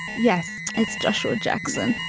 yes, it's joshua jackson.